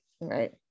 right